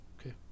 Okay